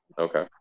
Okay